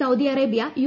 Saudi Arabia U